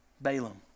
Balaam